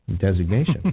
designation